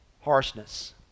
harshness